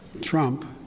Trump